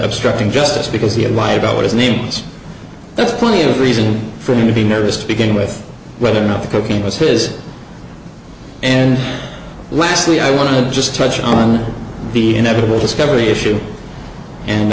obstructing justice because he had lied about what his name's there's plenty of reason for him to be nervous to begin with whether or not the cocaine was his and lastly i want to just touch on the inevitable discovery issue